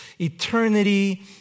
eternity